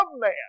man